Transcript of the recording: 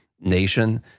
nation